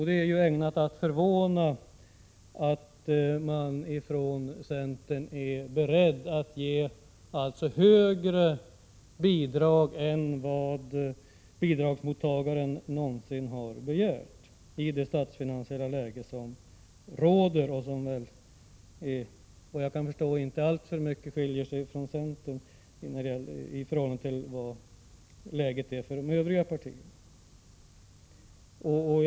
Det är ägnat att förvåna att man från centern, i det statsfinansiella läge som råder, framför högre krav på bidrag än vad bidragsmottagaren någonsin har framfört. Såvitt jag förstår kan centerns uppfattning om det statsfinansiella läget inte alltför mycket skilja sig från övriga partiers.